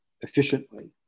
efficiently